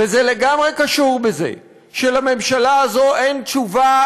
וזה לגמרי קשור בזה שלממשלה הזאת אין תשובה